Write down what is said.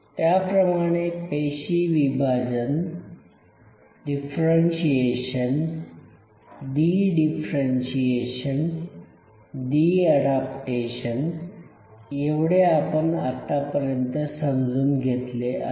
त्याप्रमाणे पेशी विभाजन differentiation dedifferentiation D adaptation एवढे आपण आतापर्यंत समजून घेतले आहे